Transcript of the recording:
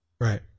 Right